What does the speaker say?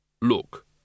Look